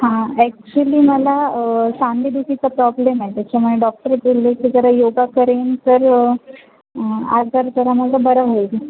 हां ॲक्च्युली मला सांधेदुखीचा प्रॉब्लेम आहे त्याच्यामुळे डॉक्टर बोलले की जरा योगा करेन तर आजार जरा बरा होईल